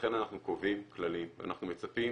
ולכן אנחנו קובעים כללים ואנחנו מצפים